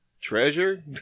treasure